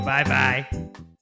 Bye-bye